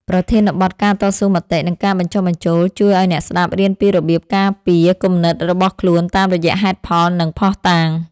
ប្រធានបទ ការតស៊ូមតិ និងការបញ្ចុះបញ្ចូល ជួយឱ្យអ្នកស្ដាប់រៀនពីរបៀបការពារគំនិតរបស់ខ្លួនតាមរយៈហេតុផល និងភស្តុតាង។